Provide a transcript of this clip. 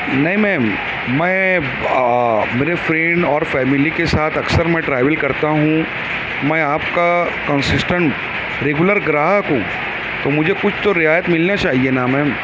نہیں میم میں میرے فرینڈ اور فیملی کے ساتھ اکثر میں ٹریول کرتا ہوں میں آپ کا کانسسٹینٹ ریگولر گراہک ہوں تو مجھے کچھ تو رعایت ملنا چاہیے نا میم